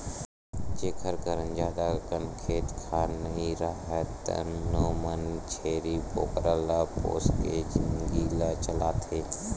जेखर करन जादा अकन खेत खार नइ राहय तउनो मन छेरी बोकरा ल पोसके जिनगी ल चलाथे